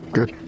Good